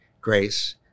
Grace